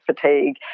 fatigue